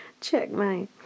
checkmate